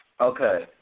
Okay